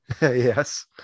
yes